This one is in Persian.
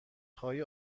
خواهی